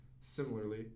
similarly